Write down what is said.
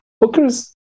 Booker's